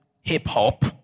hip-hop